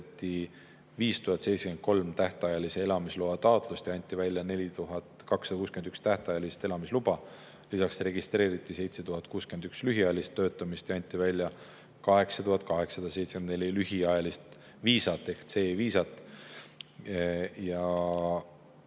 5073 tähtajalise elamisloa taotlust ja anti välja 4261 tähtajalist elamisluba. Lisaks registreeriti 7061 lühiajalist töötamist ja anti välja 8874 lühiajalist viisat ehk C‑viisat ja